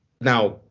Now